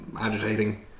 agitating